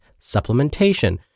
supplementation